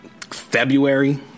February